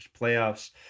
playoffs